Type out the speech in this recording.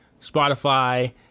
Spotify